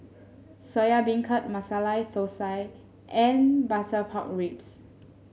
Soya Beancurd Masala Thosai and Butter Pork Ribs